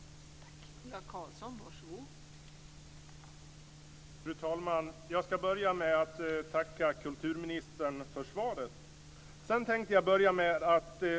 Tack!